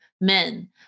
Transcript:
men